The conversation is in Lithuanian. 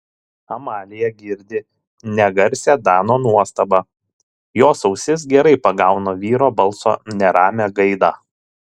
amalija girdi negarsią dano nuostabą jos ausis gerai pagauna vyro balso neramią gaidą